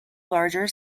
larger